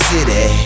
City